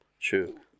True